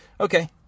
Okay